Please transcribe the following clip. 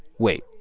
wait,